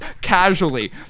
casually